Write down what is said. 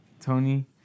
Tony